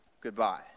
goodbye